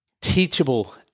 teachable